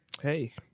hey